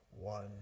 one